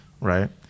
Right